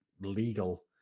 legal